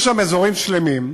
יש שם אזורים שלמים,